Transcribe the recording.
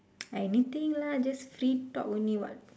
anything lah just free talk only what